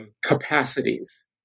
capacities